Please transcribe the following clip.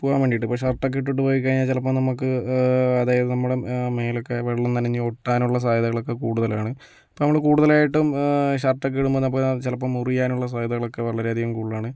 പൂവാൻ വേണ്ടീട്ട് ഇപ്പം ഷർട്ടൊക്കെ ഇട്ടോണ്ട് പൊയി കഴിഞ്ഞാൽ ചിലപ്പം നമുക്ക് അതായത് നമ്മുടെ മേലൊക്കെ വെള്ളം നനഞ്ഞ് ഒട്ടാനൊള്ള സാധ്യതകളക്കെ കൂടുതലാണ് ഇപ്പം നമ്മള് കൂടുതലായിട്ടും ഷർട്ടൊക്കെ ഇടുമ്പോൾ ചിലപ്പം മുറിയാനുള്ള സാധ്യതകളക്കെ വരെയധികം കൂടുതലാണ്